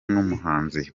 n’umuhanzi